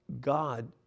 God